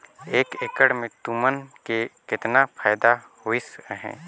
एक एकड़ मे तुमन के केतना फायदा होइस अहे